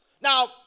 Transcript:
Now